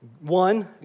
One